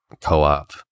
co-op